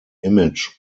image